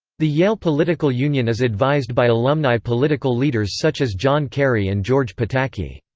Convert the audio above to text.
the yale political union is advised by alumni political leaders such as john kerry and george pataki.